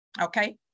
Okay